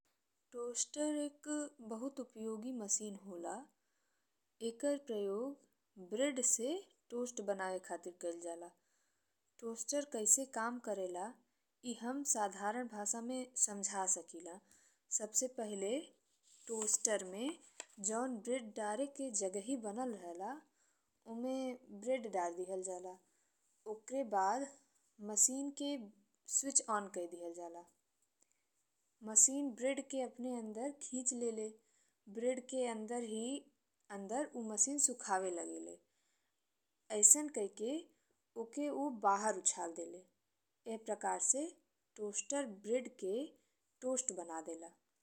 Toaster एक बहुत उपयोगी मसीन होला। एकर प्रयोग ब्रेड से टोस्ट बनावे खातिर कइल जाला। टोसटर कइसे काम करेला एह हम साधारण भाषा में समझा सकेला। सबसे पहिले टोसटर में जौन ब्रेड दरके जगह बनल रहल ओमे ब्रेड डारी दिहल जाला। ओकरे बाद मसीन के स्विच ऑन कइ दिहल जाला। मसीन ब्रेड के अपने अंदर खींची लेवे। ब्रेड के अंदर ही अंदर ऊ मसीन सुखावे लागेले। अइसन कई के ओके ऊ बाहर उछाल देले। ईह प्रकार से टोसटर ब्रेड के टोस्ट बना देला।